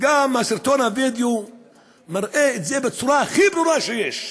וגם הסרטון הבדואי מראה את זה בצורה הכי ברורה שיש.